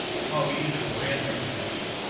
like, oh we need to brand ourselves.